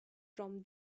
from